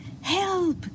Help